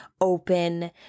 open